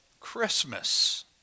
Christmas